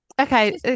Okay